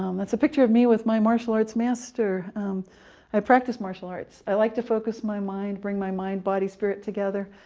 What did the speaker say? um that's a picture of me with my martial arts master i practice martial arts i like to focus my mind, and bring my mind-body-spirit together.